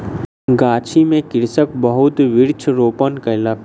गाछी में कृषक बहुत वृक्ष रोपण कयलक